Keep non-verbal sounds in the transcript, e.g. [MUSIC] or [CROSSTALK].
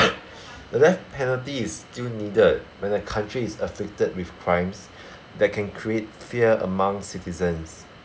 [COUGHS] the death penalty is still needed when the country is afflicted with crimes that can create fear among citizens